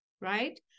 right